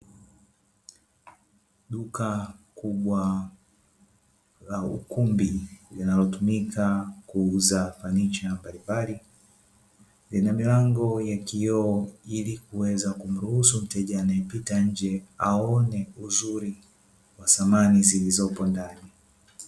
Duka kubwa la ukumbi linalotumika kuuza fanicha mbalimbali, lina milango ya kioo ili kuweza kumruhusu mteja anayepita nje aone uzuri wa samani zilizopo ndani.